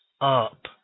up